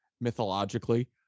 mythologically